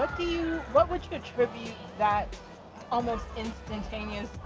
what do you what would you attribute that almost instantaneous.